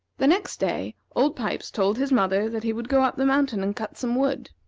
the next day, old pipes told his mother that he would go up the mountain and cut some wood.